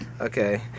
Okay